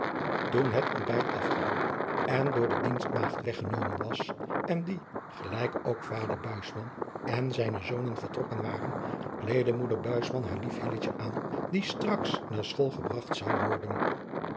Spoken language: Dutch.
toen het ontbijt afgeloopen en door de dienstmaagd weggenomen was en die gelijk ook vader buisman en zijne zonen vertrokken waren kleedde moeder buisman haar lief hilletje aan die straks naar school gebragt zou worden